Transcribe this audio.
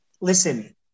listen